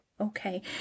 okay